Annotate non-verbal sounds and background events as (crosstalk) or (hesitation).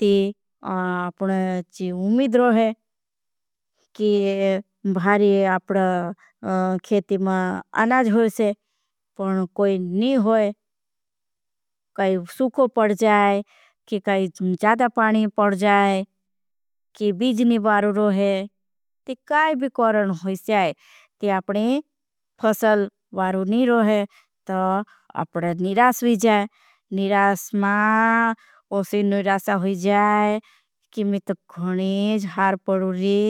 ती। आपने अच्छी उमीद रहे (hesitation) की भारी अपने। खेती में (hesitation) आनाज होईशे पण कोई नहीं। होई काई सुखो पड़ जाए की काई जादा पानी पड़ जाए। की बीज नहीं वारू रोहे काई विकोरन होईशे ती आपने। फसल वारू नहीं रोहे तो अपने निरास होईजाए निरास। मां ओसे निरासा होईजाए की मित खुणेज हार पड़ूरी।